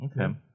Okay